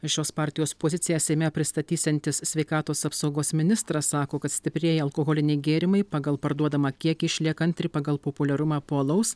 šios partijos poziciją seime pristatysiantis sveikatos apsaugos ministras sako kad stiprieji alkoholiniai gėrimai pagal parduodamą kiekį išlieka antri pagal populiarumą po alaus